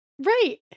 right